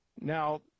Now